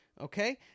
okay